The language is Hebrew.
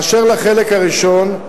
באשר לחלק הראשון,